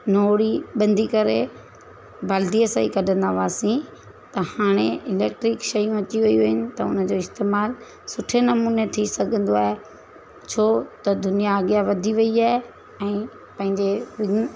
नोड़ी बंधी करे बाल्टीअ सां ई कढंदा हुआसीं त हाणे इलैक्ट्रिक शयूं अची वियूं आहिनि त हुन जो इस्तेमालु सुठे नमूने थी सघंदो आहे छो त दुनिया अॻियां वधी वई आहे ऐं पंहिंजे